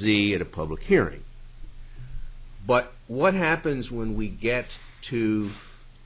z at a public hearing but what happens when we get to